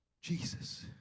jesus